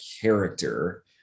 character